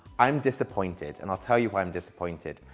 i'm disappointed and i'll tell you why i'm disappointed.